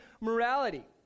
morality